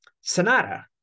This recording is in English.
Sonata